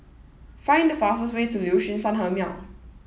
find the fastest way to Liuxun Sanhemiao